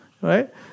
Right